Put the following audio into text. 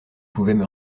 pouvaient